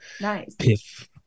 Nice